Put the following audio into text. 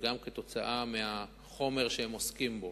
אלא גם בשל החומר שהם עוסקים בו,